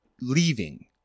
leaving